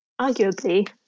arguably